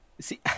See